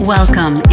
Welcome